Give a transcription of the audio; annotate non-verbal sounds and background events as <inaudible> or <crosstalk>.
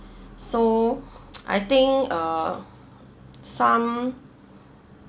so <noise> I think uh some